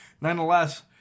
nonetheless